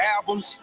albums